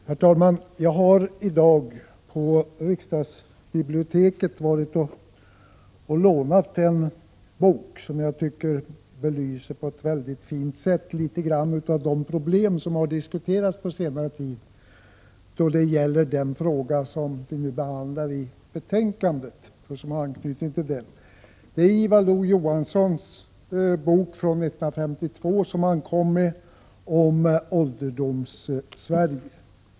Herr talman! Jag har i dag på riksdagsbiblioteket lånat en bok som jag tycker på ett väldigt fint sätt belyser litet av de problem som vi diskuterat under senare år då det gäller den fråga som vi behandlar i detta betänkande. Det är Ivar Lo-Johanssons bok Ålderdoms-Sverige från 1952.